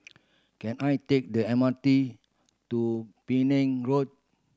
can I take the M R T to Penang Road